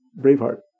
Braveheart